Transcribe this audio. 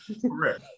Correct